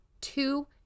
two